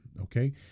okay